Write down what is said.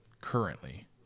currently